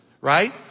right